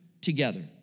together